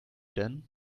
then